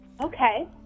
Okay